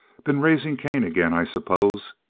been raising cain again, i suppose.